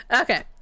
okay